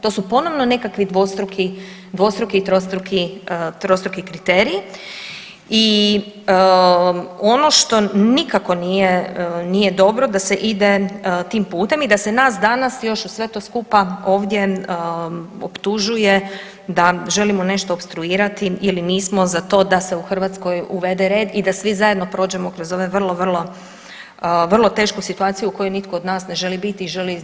To su ponovno nekakvi dvostruki i trostruki kriteriji i ono što nikako nije dobro, da se ide tim putem i da se nas danas još uz sve to skupa ovdje optužuje da želimo nešto opstruirati ili nismo za to da se u Hrvatskoj uvede red i da svi zajedno prođemo kroz ove vrlo, vrlo tešku situaciju u kojoj nitko od nas ne želi biti i želi iz nje što prije izaći.